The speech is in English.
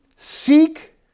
Seek